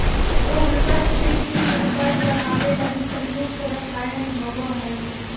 उर्वरक कृषि में उपज बढ़ावे लगी प्रयुक्त रसायन होबो हइ